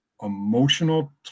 emotional